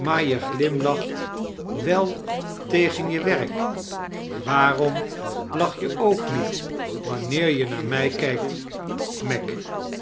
je glimlacht wel tegen je werk waarom lach je ook niet wanneer je naar mij kijkt meg